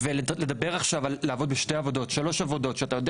ולעבוד עכשיו בשתיים ושלוש עבודות כשאתה יודע